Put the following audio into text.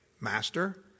master